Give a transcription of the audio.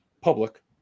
public